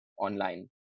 online